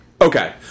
Okay